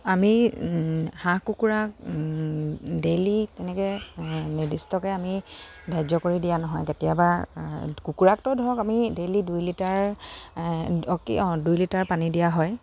আমি হাঁহ কুকুৰাক ডেইলি তেনেকে নিৰ্দিষ্টকে আমি ধাৰ্য কৰি দিয়া নহয় কেতিয়াবা কুকুৰাকটো ধৰক আমি ডেইলি দুই লিটাৰ অ কি অঁ দুই লিটাৰ পানী দিয়া হয়